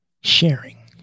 sharing